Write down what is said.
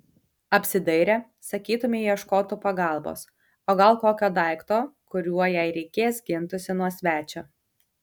apsidairė sakytumei ieškotų pagalbos o gal kokio daikto kuriuo jei reikės gintųsi nuo svečio